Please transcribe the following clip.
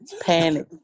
panic